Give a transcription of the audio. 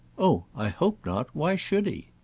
oh i hope not! why should he?